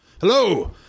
Hello